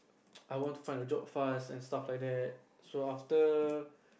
I want find a job fast and stuff like that so after